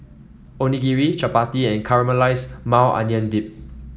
Onigiri Chapati and Caramelized Maui Onion Dip